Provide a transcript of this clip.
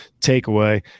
takeaway